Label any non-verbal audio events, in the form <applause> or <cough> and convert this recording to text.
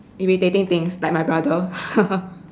irritating things like my brother <laughs>